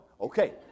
Okay